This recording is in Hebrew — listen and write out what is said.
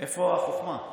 איפה החוכמה?